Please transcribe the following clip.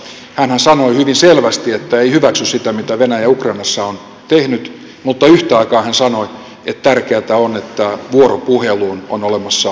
hänhän sanoi hyvin selvästi että ei hyväksy sitä mitä venäjä ukrainassa on tehnyt mutta yhtä aikaa hän sanoi että tärkeätä on että vuoropuheluun on olemassa edellytykset